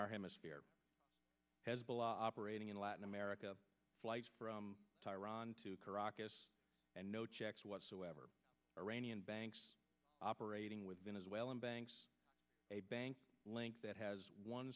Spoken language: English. our hemisphere hezbollah operating in latin america flights from tehran to caracas and no checks whatsoever iranian banks operating with venezuelan banks a bank link that has one